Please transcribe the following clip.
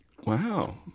Wow